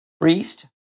priest